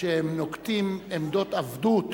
שנוקטים עמדות עבדות,